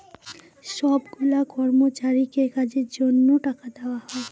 সব গুলা কর্মচারীকে কাজের জন্য টাকা দেওয়া হয়